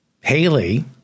Haley